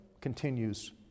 continues